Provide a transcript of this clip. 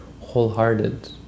wholehearted